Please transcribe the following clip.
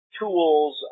tools